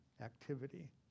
activity